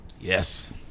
Yes